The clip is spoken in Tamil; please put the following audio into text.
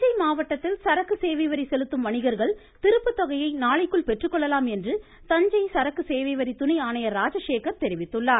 தஞ்சை மாவட்டத்தில் சரக்கு சேவை வரி செலுத்தும் வணிகர்கள் திருப்புத்தொகையை நாளைக்குள் பெற்றுக்கொள்ளலாம் என்று தஞ்சை சரக்கு சேவை வரி துணை ஆணையர் ராஜசேகர் தெரிவித்துள்ளார்